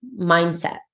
mindset